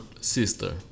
sister